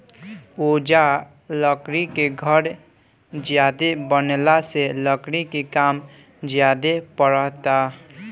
ओजा लकड़ी के घर ज्यादे बनला से लकड़ी के काम ज्यादे परता